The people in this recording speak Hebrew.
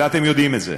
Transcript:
ואתם יודעים את זה.